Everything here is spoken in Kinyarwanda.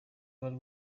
bari